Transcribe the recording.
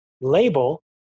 label